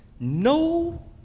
No